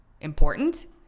important